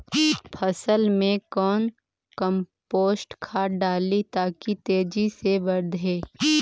फसल मे कौन कम्पोस्ट खाद डाली ताकि तेजी से बदे?